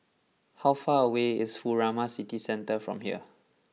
how far away is Furama City Centre from here